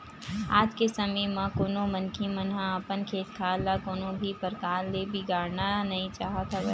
आज के समे म कोनो मनखे मन ह अपन खेत खार ल कोनो भी परकार ले बिगाड़ना नइ चाहत हवय